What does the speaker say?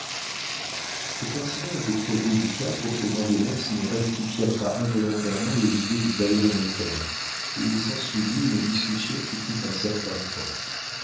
cet incident était trop délicat pour que vandenesse ne rectifiât pas involontairement les idées du balourd notaire et il s'ensuivit une discussion qui prit un certain temps